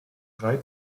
drei